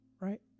Right